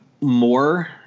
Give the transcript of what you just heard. more